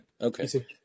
Okay